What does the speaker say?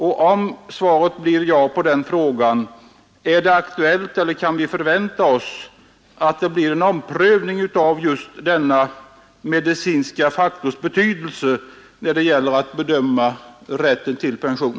Om svaret på den frågan blir ja vill jag ställa ytterligare en fråga: Är det aktuellt med eller kan vi förvänta oss en omprövning av denna medicinska faktors betydelse när det gäller att bedöma rätten till pension?